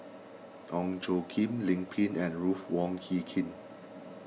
Ong Tjoe Kim Lim Pin and Ruth Wong Hie King